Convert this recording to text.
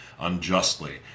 unjustly